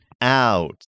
Out